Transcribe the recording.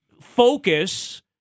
focus